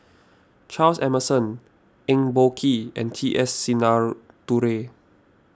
Charles Emmerson Eng Boh Kee and T S Sinnathuray